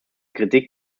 kritik